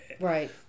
Right